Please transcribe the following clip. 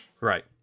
Right